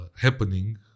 happening